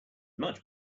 much